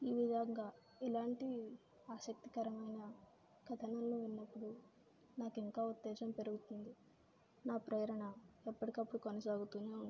ఈ విధంగా ఇలాంటివి ఆసక్తికరమైన కథనాలను విన్నప్పుడు నాకు ఇంకా ఉత్తేజం పెరుగుతుంది నా ప్రేరణ ఎప్పటికి అప్పుడు కొనసాగుతూనే ఉంటుంది